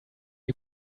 you